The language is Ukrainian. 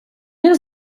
них